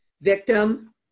Victim